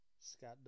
Scott